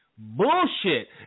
Bullshit